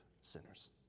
sinners